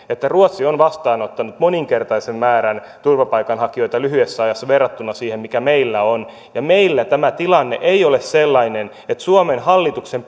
että ruotsi on vastaanottanut moninkertaisen määrän turvapaikanhakijoita lyhyessä ajassa verrattuna siihen mikä meillä on ja meillä tämä tilanne ei ole sellainen että suomen hallituksen